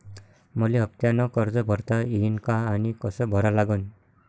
मले हफ्त्यानं कर्ज भरता येईन का आनी कस भरा लागन?